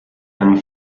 and